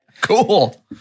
Cool